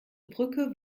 brücke